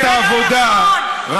השיירות לירושלים, זה היום.